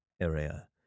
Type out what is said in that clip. area